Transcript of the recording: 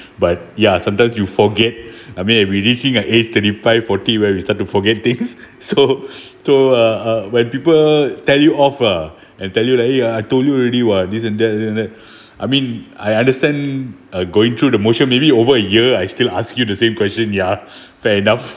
but ya sometimes you forget I mean we reaching a age thirty five forty where we start to forget things so so uh when people tell you off ah and tell you like eh I told you already [what] this and that and this and that I mean I understand uh going through the motions maybe over a year I still ask you the same question ya fair enough